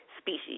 species